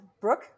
Brooke